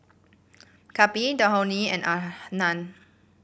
Kapil Dhoni and Anand